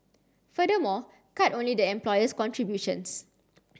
furthermore cut only the employer's contributions